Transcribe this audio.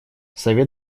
совет